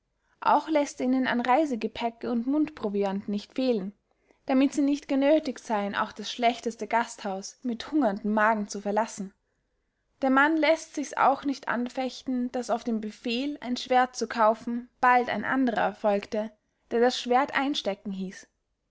auch läßt er es ihnen an reisegepäcke und mundproviant nicht fehlen damit sie nicht genöthigt seyen auch das schlechteste gasthaus mit hungerndem magen zu verlassen der mann läßt sichs auch nicht anfechten daß auf den befehl ein schwerdt zu kaufen bald ein anderer erfolgte der das schwerdt einstecken hieß